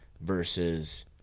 versus